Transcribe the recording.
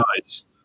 guys